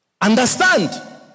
Understand